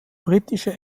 britische